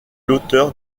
l’auteur